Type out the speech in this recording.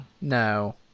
No